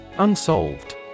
Unsolved